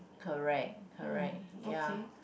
correct correct ya